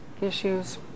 issues